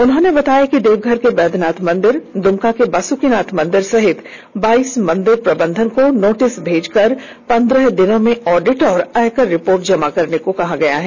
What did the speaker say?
उन्होंने बताया कि देवघर के वैद्यनाथ मंदिर दुमका के बासुकीनाथ मंदिर सहित बाइस मंदिर प्रबंधन को नोटिस भेजकर पंद्रह दिनों में ऑडिट और आयकर रिपोर्ट जमा करने को कहा गया है